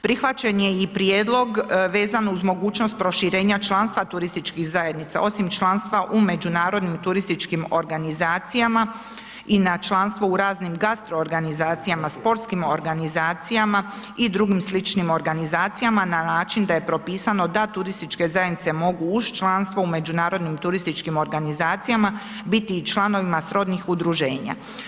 Prihvaćen je i prijedlog vezano uz mogućnost proširenja članstva turističkih zajednica osim članstva u međunarodnim turističkim organizacijama i na članstvo u raznim gastroorganizacijama, sportskim organizacijama i drugim sličnim organizacijama na način da je propisano da turističke zajednice mogu uz članstvo u međunarodnim turističkim organizacijama biti i članovima srodnih udruženja.